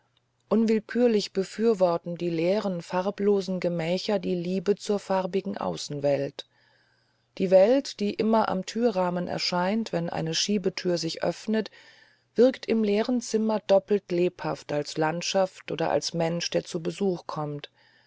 unwillkürlich befürworten die leeren farblosen gemächer die liebe zur farbigen außenwelt die welt die immer im türrahmen erscheint wenn eine schiebetür sich öffnet wirkt im leeren zimmer doppelt lebhaft als landschaft oder als mensch der zu besuch kommt